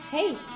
Hey